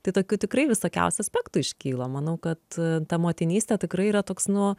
tai tokių tikrai visokiausių aspektų iškyla manau kad ta motinystė tikrai yra toks nu